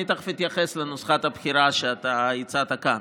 אני תכף אתייחס לנוסחת הבחירה שאתה הצעת כאן.